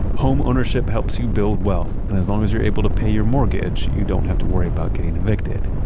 home ownership helps you build wealth, and as long as you're able to pay your mortgage, you don't have to worry about getting evicted.